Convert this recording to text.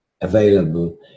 available